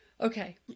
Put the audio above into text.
Okay